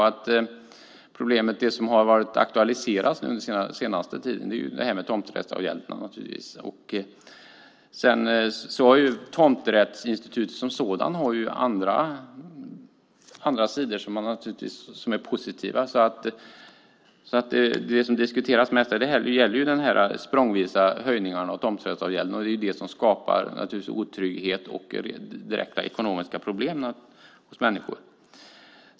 Det problem som har aktualiserats under den senaste tiden gäller naturligtvis tomträttsavgälden. Tomträttsinstitutet som sådant har andra sidor som är positiva. Det som diskuteras mest gäller de språngvisa höjningarna av tomträttsavgälden, och det är det som skapar otrygghet och direkta ekonomiska problem för människor.